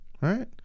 right